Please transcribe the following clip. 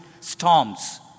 storms